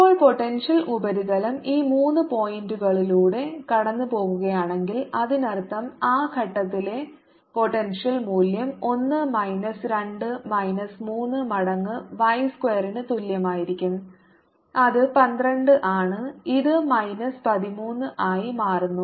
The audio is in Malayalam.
ഇപ്പോൾ പോട്ടെൻഷ്യൽ ഉപരിതലം ഈ 3 പോയിന്റുകളിലൂടെ കടന്നുപോകുകയാണെങ്കിൽ അതിനർത്ഥം ആ ഘട്ടത്തിലെ പോട്ടെൻഷ്യൽ മൂല്യം 1 മൈനസ് 2 മൈനസ് 3 മടങ്ങ് y സ്ക്വയറിന് തുല്യമായിരിക്കും അത് 12 ആണ് ഇത് മൈനസ് 13 ആയി മാറുന്നു